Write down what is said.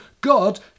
God